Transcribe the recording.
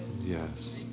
Yes